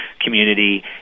community